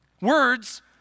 Words